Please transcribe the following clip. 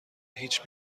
هیچ